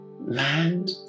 land